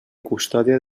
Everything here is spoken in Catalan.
custòdia